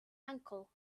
ankle